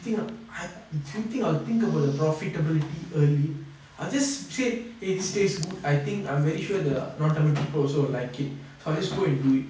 you think you do you think I will think about the profitability early I'll just say !hey! this taste good I think I'm very sure the northern people will also like it so I will just go and do it